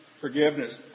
forgiveness